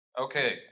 Okay